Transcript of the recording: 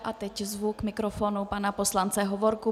A teď zvu k mikrofonu pana poslance Hovorku.